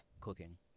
cooking